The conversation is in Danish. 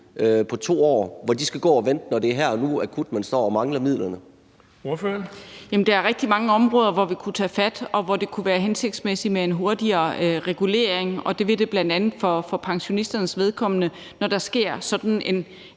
Den fg. formand (Erling Bonnesen): Ordføreren. Kl. 18:59 Eva Kjer Hansen (V): Jamen der er rigtig mange områder, hvor vi kunne tage fat, og hvor det kunne være hensigtsmæssigt med en hurtigere regulering, og det vil det bl.a. være for pensionisternes vedkommende, når der sker sådan en